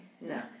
No